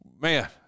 Man